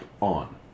on